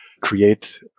create